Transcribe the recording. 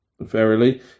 Verily